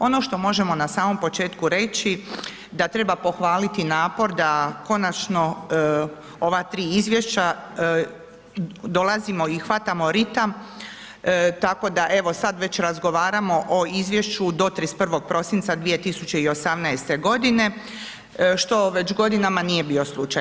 Ono što možemo na samom početku reći da treba pohvaliti napor da konačno ova tri izvješća dolazimo i hvatamo ritam tako da evo sad već razgovaramo o izvješću do 31. prosinca 2018. godine što već godinama nije bio slučaj.